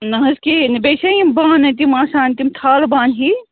نہَ حظ کِہیٖنۍ نہٕ بیٚیہِ چھنا یِم بانہٕ تِم آسان تِم تھالہٕ بانہٕ ہِوی